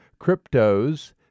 Cryptos